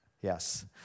Yes